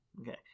Okay